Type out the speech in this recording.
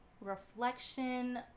reflection